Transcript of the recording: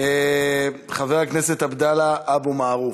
חבר הכנסת עבדאללה אבו מערוף,